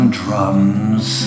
drums